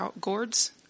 gourds